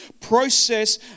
process